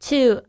Two